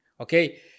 Okay